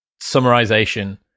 summarization